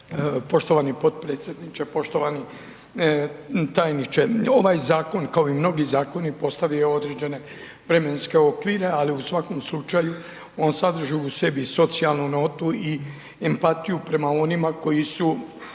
Poštovani potpredsjedniče, poštovani tajniče ovaj zakon kao i mnogi zakoni postavio je određene vremenske okvire ali u svakom slučaju on sadrži u sebi socijalnu notu i empatiju prema onima koji su